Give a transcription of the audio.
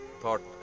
thought